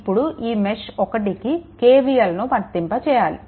ఇప్పుడు ఈ మెష్1కి KVLను వర్తింప చేయాలి